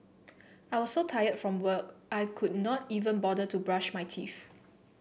I was so tired from work I could not even bother to brush my teeth